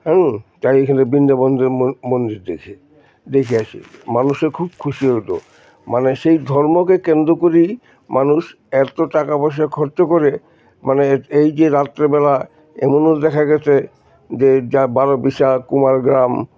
তাই এখানে বৃন্দাবনের মন্দির দেখে দেখে আসি মানুষের খুব খুশি হতো মানে সেই ধর্মকে কেন্দ্র করেই মানুষ এত টাকা পয়সা খরচ করে মানে এই যে রাত্রেবেলা এমনও দেখা গেছে যে যা বারো বিশা কুমারগ্রাম